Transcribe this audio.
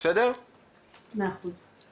מאה אחוז.